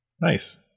Nice